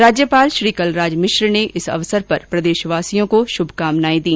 राज्यपाल श्री कलराज मिश्र ने इस अवसर पर प्रदेशवासियों को श्भकामनायें दी